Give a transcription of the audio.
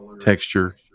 texture